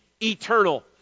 eternal